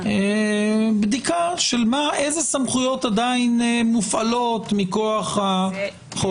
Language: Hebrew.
בדיקה של אילו סמכויות עדיין מופעלות מכוח החוק.